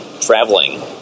traveling